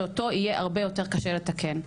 שאותו יהיה הרבה יותר קשה לתקן.